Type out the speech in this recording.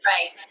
Right